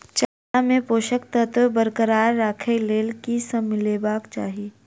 चारा मे पोसक तत्व बरकरार राखै लेल की सब मिलेबाक चाहि?